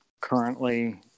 currently